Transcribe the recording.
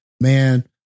man